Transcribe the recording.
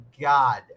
God